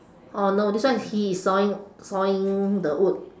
oh no this one he is sawing sawing the wood